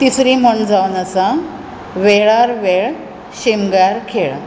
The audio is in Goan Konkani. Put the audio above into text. तिसरी म्हण जावन आसा वेळार वेळ शिंमग्यार खेळ